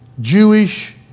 Jewish